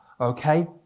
Okay